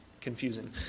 confusing